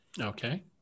Okay